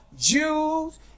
Jews